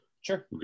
Sure